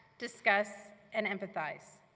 discuss and empathize.